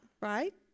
right